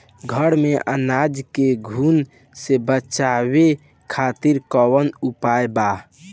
घर में अनाज के घुन से बचावे खातिर कवन उपाय बा?